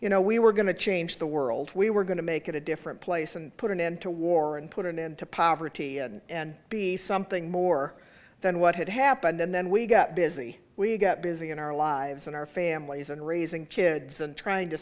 you know we were going to change the world we were going to make it a different place and put an end to war and put an end to poverty and be something more than what had happened and then we got busy we got busy in our lives and our families and raising kids and trying to